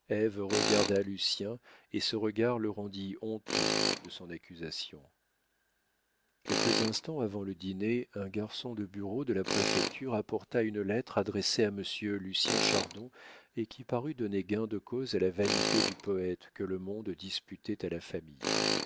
regarda lucien et ce regard le rendit honteux de son accusation quelques instants avant le dîner un garçon de bureau de la préfecture apporta une lettre adressée à m lucien chardon et qui parut donner gain de cause à la vanité du poète que le monde disputait à la famille